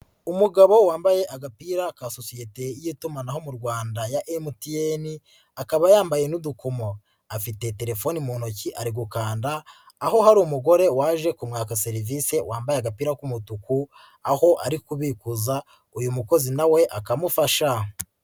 Umugabo wambaye agapira ka sosiyete y'itumanaho mu Rwanda ya MTN akaba yambaye n'udukomo, afite telefoni mu ntoki ari gukanda aho hari umugore waje kumwaka serivise wambaye agapira k'umutuku, aho ari kubikuza uyu mukozi nawe akamufasha